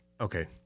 okay